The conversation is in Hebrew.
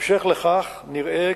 נמצאת בשלבי אישור סופיים.